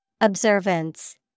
Observance